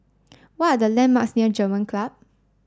what are the landmarks near German Club